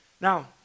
Now